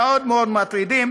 מטרידים